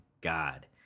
God